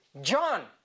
John